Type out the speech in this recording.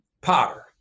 Potter